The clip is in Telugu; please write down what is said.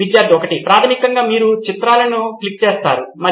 విద్యార్థి 1 ప్రాథమికంగా మీరు చిత్రాలను క్లిక్ చేస్తారు మరియు